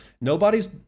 Nobody's